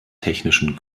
technischen